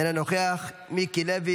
אינו נוכח, חבר הכנסת מיקי לוי